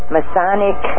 Masonic